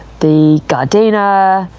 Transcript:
the gardena,